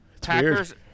Packers